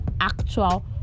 actual